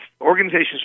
organizations